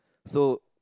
so